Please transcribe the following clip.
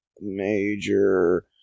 Major